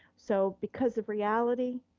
so because of reality,